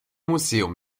museum